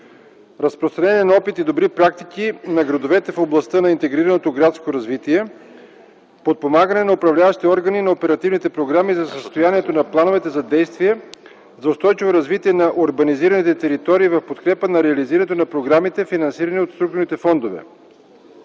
разпространение на опит и добри практики на градовете в областта на интегрираното градско развитие; - подпомагане на управляващите органи на оперативните програми за съставянето на планове за действие за устойчиво развитие на урбанизираните територии в подкрепа на реализирането на програмите, финансирани от структурните фондове.